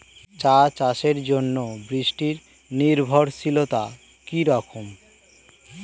চা চাষের জন্য বৃষ্টি নির্ভরশীলতা কী রকম?